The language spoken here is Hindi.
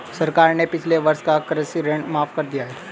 सरकार ने पिछले वर्ष का कृषि ऋण माफ़ कर दिया है